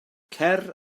cer